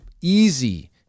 easy